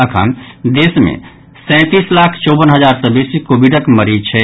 अखन देश मे सैंतीस लाख चौंवन हजार सँ बेसी कोविडक मरीज छथि